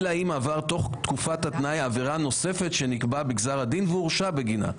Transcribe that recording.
אלא אם עבר תוך תקופת התנאי עבירה נוספת שנקבעה בגזר הדין והורשע בגינה.